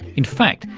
in fact,